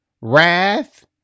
wrath